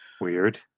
Weird